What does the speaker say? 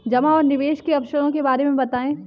जमा और निवेश के अवसरों के बारे में बताएँ?